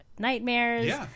nightmares